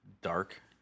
dark